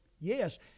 Yes